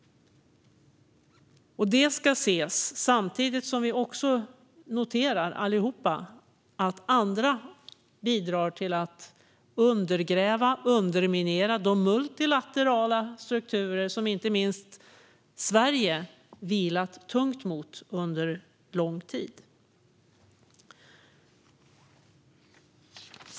Det ska ses samtidigt som vi allihop noterar att andra också bidrar till att undergräva och underminera de multilaterala strukturer som inte minst Sverige vilat tung mot under lång tid.